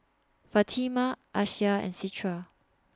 Fatimah Aisyah and Citra